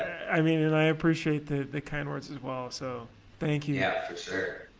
i mean and i appreciate the the kind words as well. so thank you. yeah, for sure.